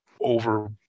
over